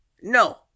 No